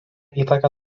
įtaką